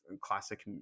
classic